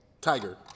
Tiger